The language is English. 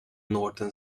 northern